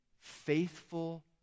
faithful